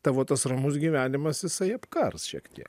tavo tas ramus gyvenimas jisai apkars šiek tiek